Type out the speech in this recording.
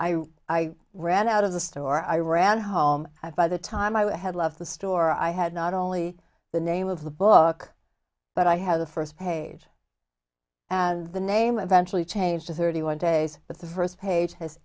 and i ran out of the store i ran home by the time i had left the store i had not only the name of the book but i had the first page and the name eventual changed to thirty one days but the first page has